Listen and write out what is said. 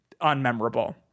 unmemorable